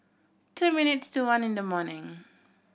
two minutes to one in the morning